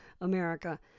America